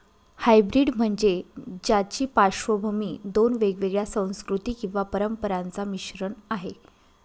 hybrid म्हणजे ज्याची पार्श्वभूमी दोन वेगवेगळ्या संस्कृती किंवा परंपरांचा मिश्रण आहे